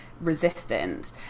resistant